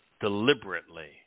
deliberately